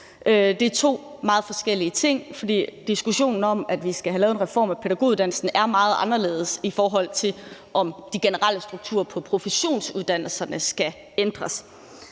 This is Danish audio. Det er to meget forskellige ting, for diskussionen om, at vi skal have lavet en reform af pædagoguddannelsen, er meget anderledes, i forhold til om de generelle strukturer på professionsuddannelserne skal ændres.